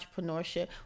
entrepreneurship